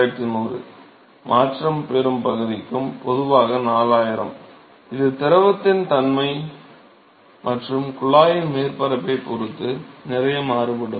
மாணவர் மாற்றம் பெறும் பகுதிக்கும் பொதுவாக 4000 இது திரவத்தின் தன்மை மற்றும் குழாயின் மேற்பரப்பைப் பொறுத்து நிறைய மாறுபடும்